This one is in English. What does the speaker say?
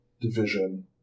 division